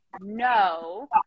no